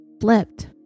flipped